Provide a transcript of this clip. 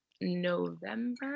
November